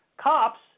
Cops